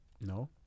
no